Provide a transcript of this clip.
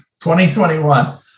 2021